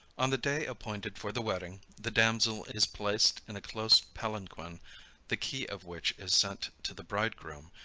on the day appointed for the wedding the damsel is placed in a close palanquin the key of which is sent to the bridegroom,